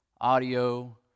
audio